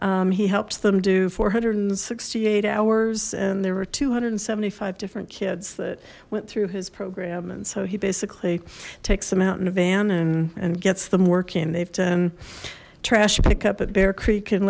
year he helps them do four hundred and sixty eight hours and there were two hundred and seventy five different kids that went through his program and so he basically takes them out in a van and gets them working they've done trash pickup at bear creek in